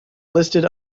listed